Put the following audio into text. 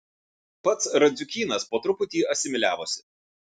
pats radziukynas po truputį asimiliavosi